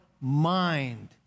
mind